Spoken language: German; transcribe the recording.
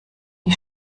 die